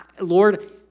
Lord